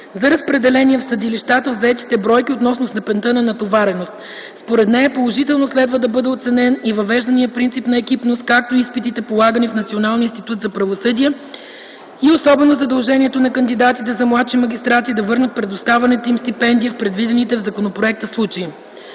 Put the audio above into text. за разпределение в съдилищата и заетите бройки относно степента на натовареност. Според нея положително следва да бъде оценен и въвеждания принцип на екипност, както и изпитите, полагани в Националния институт за правосъдие и особено задължението на кандидатите за младши магистрати да върнат предоставената им стипендия в предвидените в законопроекта случаи.